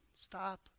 Stop